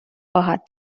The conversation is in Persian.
خواهد